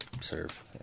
serve